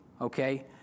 okay